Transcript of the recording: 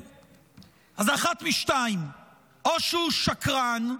אז אחת משתיים: או שהוא שקרן,